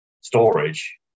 storage